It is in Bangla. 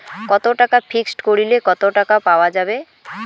কত টাকা ফিক্সড করিলে কত টাকা পাওয়া যাবে?